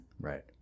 right